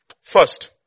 First